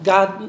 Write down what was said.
God